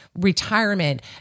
retirement